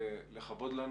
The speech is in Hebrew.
לכבוד לנו.